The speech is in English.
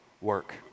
work